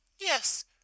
Yes